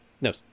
No